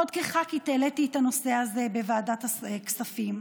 עוד כח"כית העליתי את הנושא הזה בוועדת הכספים,